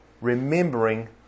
remembering